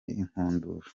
inkundura